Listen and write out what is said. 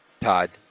Todd